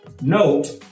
Note